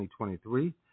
2023